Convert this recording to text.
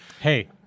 hey